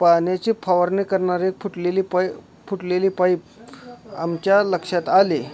पाण्याची फवारणी करणारी फुटलेली पाई फुटलेली पाईप आमच्या लक्षात आली